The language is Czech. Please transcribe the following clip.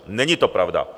Není to pravda.